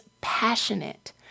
passionate